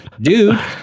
Dude